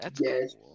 Yes